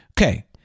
okay